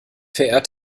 verehrt